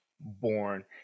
born